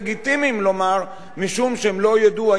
משום שהם לא ידעו האם הם עוברים בכך עבירה,